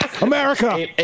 America